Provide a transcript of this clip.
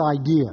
idea